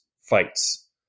fights